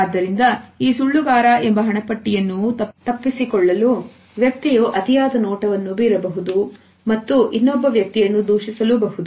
ಆದ್ದರಿಂದ ಈ ಸುಳ್ಳುಗಾರ ಎಂಬ ಹಣೆಪಟ್ಟಿಯನ್ನು ತಪ್ಪಿಸಿಕೊಳ್ಳಲು ವ್ಯಕ್ತಿಯು ಅತಿಯಾದ ನೋಟವನ್ನು ಬೀರಬಹುದು ಮತ್ತು ಇನ್ನೊಬ್ಬ ವ್ಯಕ್ತಿಯನ್ನು ದೂಷಿಸಲು ಬಹುದು